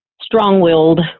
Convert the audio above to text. strong-willed